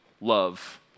love